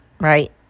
right